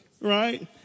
right